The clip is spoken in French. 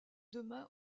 demain